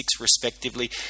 respectively